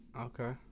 Okay